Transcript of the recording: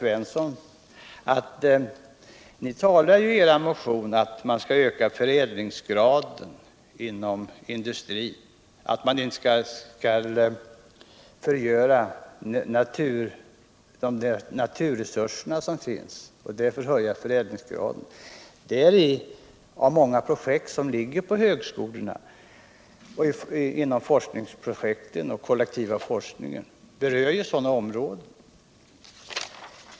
Vpk talar i sin motion om att man inte skall förgöra de naturresurser som finns och att man därför skall öka förädlingsgraden inom industrin. Många projekt som ligger på högskolorna och mycket av den kollektiva forskningen berör sådana områden.